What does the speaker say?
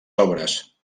obres